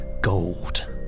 Gold